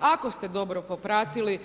Ako ste dobro popratili,